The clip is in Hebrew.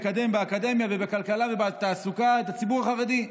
לקדם באקדמיה ובכלכלה ובתעסוקה את הציבור החרדי.